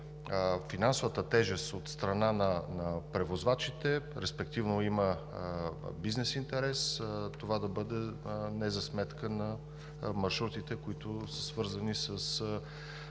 финансовата тежест от страна на превозвачите, респективно има бизнес интерес, това да бъде не за сметка на маршрутите, които са свързани с